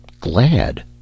glad